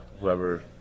whoever